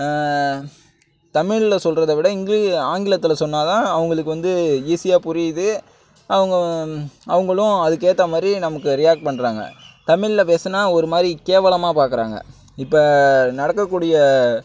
தமிழில் சொல்லுறதைவிட இங்கிலிஷ் ஆங்கிலத்தில் சொன்னால்தான் அவர்களுக்கு வந்து ஈஸியாக புரியுது அவங்கள் அவர்களும் அதுக்கு ஏற்றமாரி நமக்கு ரியாக்ட் பண்ணுறாங்க தமிழில் பேசினா ஒருமாதிரி கேவலமாக பார்க்குறாங்க இப்போ நடக்கக்கூடிய